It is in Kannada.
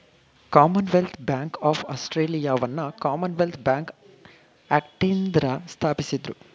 ಕಾಮನ್ವೆಲ್ತ್ ಬ್ಯಾಂಕ್ ಆಫ್ ಆಸ್ಟ್ರೇಲಿಯಾವನ್ನ ಕಾಮನ್ವೆಲ್ತ್ ಬ್ಯಾಂಕ್ ಆಕ್ಟ್ನಿಂದ ಸ್ಥಾಪಿಸಿದ್ದ್ರು